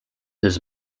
his